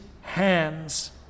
hands